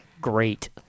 Great